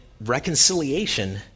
reconciliation